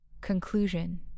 Conclusion